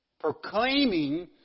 Proclaiming